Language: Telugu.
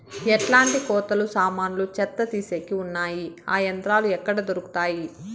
ఎట్లాంటి కోతలు సామాన్లు చెత్త తీసేకి వున్నాయి? ఆ యంత్రాలు ఎక్కడ దొరుకుతాయి?